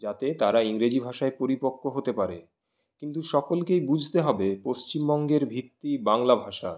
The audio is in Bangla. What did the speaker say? যাতে তারা ইংরেজি ভাষায় পরিপক্ক হতে পারে কিন্তু সকলকেই বুঝতে হবে পশ্চিমবঙ্গের ভিত্তি বাংলা ভাষা